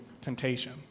temptation